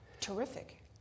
Terrific